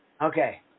Okay